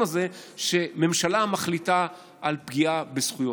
הזה שהממשלה מחליטה על פגיעה בזכויות.